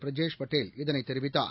பிரஜேஸ் பட்டேல் இதனைத் தெரிவித்தார்